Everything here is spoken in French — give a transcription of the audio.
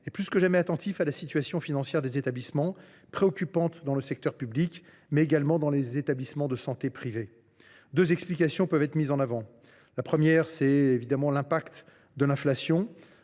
est plus que jamais attentif à la situation financière des établissements, préoccupante dans le secteur public, mais également dans les établissements de santé privés. Deux explications peuvent être mises en avant : premièrement, l’impact de l’inflation